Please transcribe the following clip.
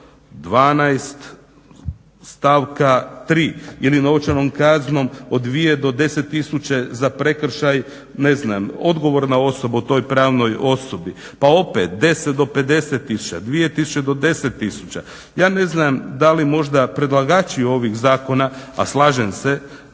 212.stavka 3. ili novčanom kaznom od 2 do 10 tisuća za prekršaj ne znam odgovorna osoba u toj pravnoj osobi pa opet, 10 do 50 tisuća, 2 do 10 tisuća Je ne znam da li možda predlagači ovih zakona, a slažem se